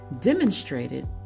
demonstrated